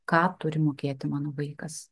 ką turi mokėti mano vaikas